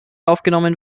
aufgenommen